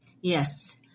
Yes